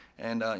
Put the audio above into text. and,